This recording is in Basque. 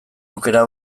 aukera